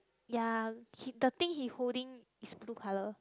ya he the thing he holding is blue color